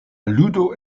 ludo